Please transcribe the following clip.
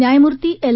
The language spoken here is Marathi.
न्यायमूर्ती एल